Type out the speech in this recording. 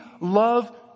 love